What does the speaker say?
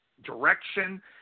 direction